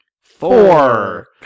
Four